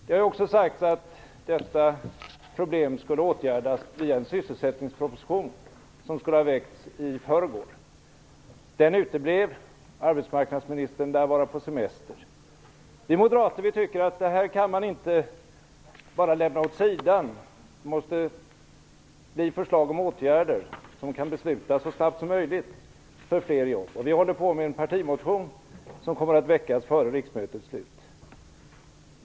Fru talman! Jag vill ställa en fråga till statsministern. Det har ju från regeringens sida sagts att man skall göra allt för att få ned arbetslösheten. Före 1994 års val lovade man att om man bara fick komma till makten, skulle arbetslösheten föras ned under 5 %. Den är nu mellan 7 % och 8 %. Ser man till den totala arbetslösheten är den bortåt 13 %. Det har också sagts att detta problem skulle åtgärdas via en sysselsättningsproposition som skulle ha lagts fram i förrgår. Den uteblev. Arbetsmarknadsministern lär vara på semester. Vi moderater tycker att man inte bara kan lämna detta åt sidan. Det måste komma förslag om åtgärder för fler jobb som vi kan besluta om så snabbt som möjligt. Vi håller på med en partimotion som kommer att väckas före riksmötets slut.